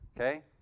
Okay